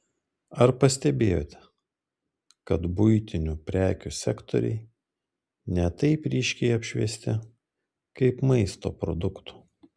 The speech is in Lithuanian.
ar pastebėjote kad buitinių prekių sektoriai ne taip ryškiai apšviesti kaip maisto produktų